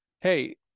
Hey